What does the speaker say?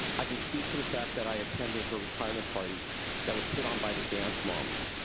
i can speak to the fact that i attended her retirement party that was put on by the dance moms.